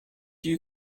you